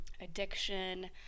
addiction